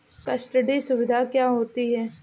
Custody सुविधा क्या होती है?